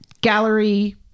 gallery